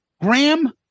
Graham